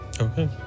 Okay